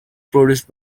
produced